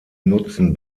nutzen